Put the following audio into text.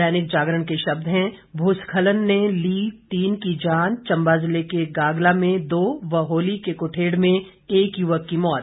दैनिक जागरण के शब्द हैं भू स्खलन ने ली तीन की जान चंबा जिले के गागला में दो व होली के क्ठेड़ में एक युवक की मौत